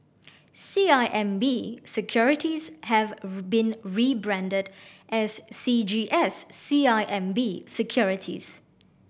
C I M B Securities have been rebranded as C G S C I M B Securities